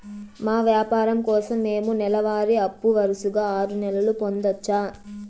మా వ్యాపారం కోసం మేము నెల వారి అప్పు వరుసగా ఆరు నెలలు పొందొచ్చా?